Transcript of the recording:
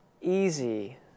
Easy